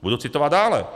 Budu citovat dále.